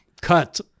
cut